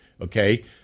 okay